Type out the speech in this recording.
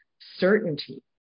certainty